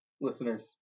listeners